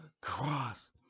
cross